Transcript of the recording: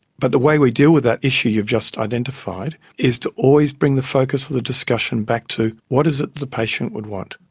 but the way we deal with that issue you've just identified is to always bring the focus of the discussion back to what is it the patient would want,